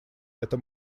эта